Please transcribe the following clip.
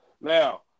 Now